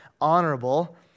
honorable